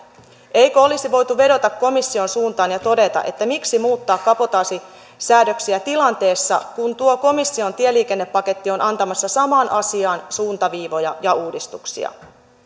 eikö olisi voitu vedota komission suuntaan ja todeta että miksi muuttaa kabotaasisäädöksiä tilanteessa jossa tuo komission tieliikennepaketti on antamassa samaan asiaan suuntaviivoja ja uudistuksia